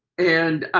and